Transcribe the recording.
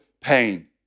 pain